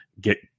Get